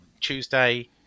tuesday